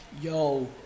Yo